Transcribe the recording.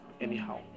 anyhow